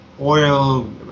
oil